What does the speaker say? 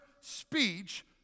speech